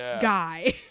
guy